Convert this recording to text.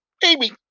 baby